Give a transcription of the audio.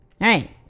right